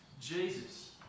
Jesus